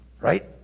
Right